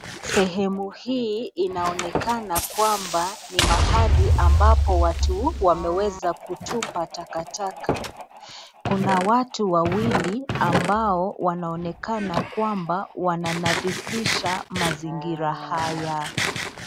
Sehemu hii inaonekana kwamba ni mahali ambapo watu wameweza kutupa takataka. Kuna watu wawili ambao wanaonekana kwamba wananadhifisha mazingira haya.